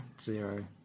Zero